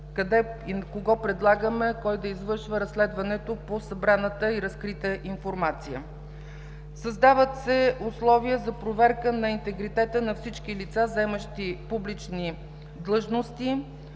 кого предлагаме да извършва разследването по събраната и разкрита информация. Създават се условия за проверка на интегритета на всички лица, заемащи публични длъжности.